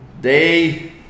Day